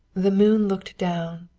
the moon looked down,